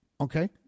Okay